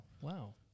wow